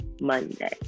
Monday